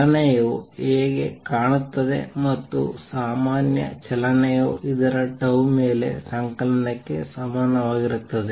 ಚಲನೆಯು ಹೇಗೆ ಕಾಣುತ್ತದೆ ಮತ್ತು ಸಾಮಾನ್ಯ ಚಲನೆಯು ಇದರ tau ಮೇಲೆ ಸಂಕಲನಕ್ಕೆ ಸಮಾನವಾಗಿರುತ್ತದೆ